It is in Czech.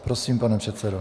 Prosím, pane předsedo.